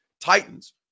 Titans